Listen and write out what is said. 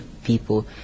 people